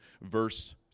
verse